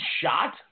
shot